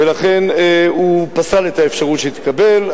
ולכן הוא פסל את האפשרות שהיא תקבל.